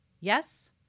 Yes